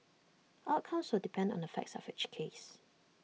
outcomes will depend on the facts of each case